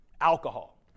Alcohol